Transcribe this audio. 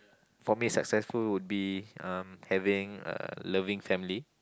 for me successful would be um having a loving family